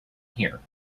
here